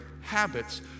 habits